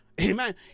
amen